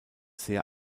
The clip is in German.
sehr